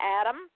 Adam